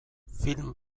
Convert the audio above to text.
film